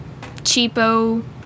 cheapo